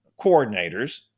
coordinators